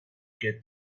get